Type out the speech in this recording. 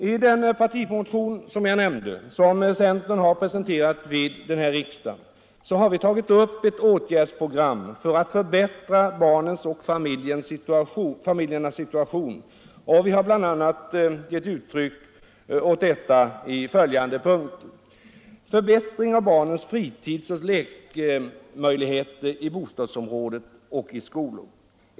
I den partimotion som jag nämnde och som centern har presenterat vid denna riksdag har vi tagit upp ett åtgärdsprogram för att förbättra barnens och familjernas situation, och det innehåller bl.a. följande punkter: 2.